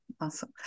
Awesome